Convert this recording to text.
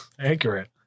accurate